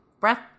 breath